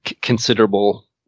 considerable